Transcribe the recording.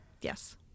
Yes